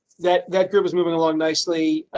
that that group was moving along nicely.